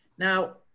Now